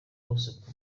bose